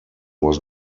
was